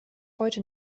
heute